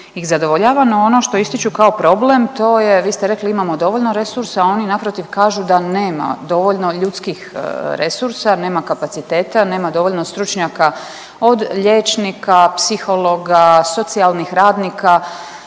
ih zadovoljava no ono što ističu kao problem to je, vi ste rekli imamo dovoljno resursa, a oni naprotiv kažu da nema dovoljno ljudskih resursa, nema kapaciteta, nema dovoljno stručnjaka od liječnika, psihologa, socijalnih radnika,